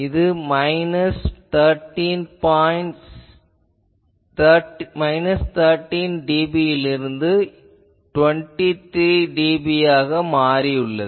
இது minus 13dB யிலிருந்து 23dB ஆக மாறியுள்ளது